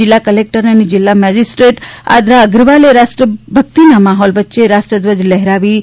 જિલ્લા કલેકટર અને જિલ્લા મેજીસ્ટ્રેટ આદ્રા અગ્રવાલે રાષ્ટ્રભક્તિના માહોલ વચ્ચે રાષ્ટ્રધ્વજ લહેરાવી સલામી આપી હતી